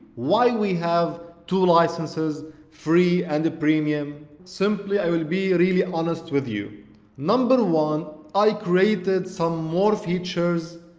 why do we have two licenses, free and premium? simply i will be really honest with you number one i created some more features,